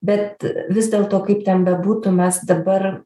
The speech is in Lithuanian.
bet vis dėlto kaip ten bebūtų mes dabar